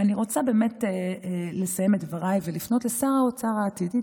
אני רוצה באמת לסיים את דבריי ולפנות לשר האוצר העתידי,